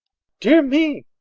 dear me!